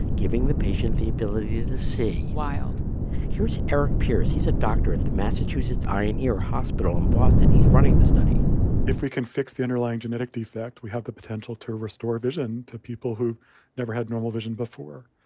giving the patient the ability to see wild here's eric pierce. he's a doctor at the massachusetts eye and ear hospital in boston. he's running the study if we can fix the underlying genetic defect, we have the potential to restore vision to people who never had normal vision before.